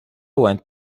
went